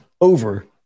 over